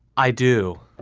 i do.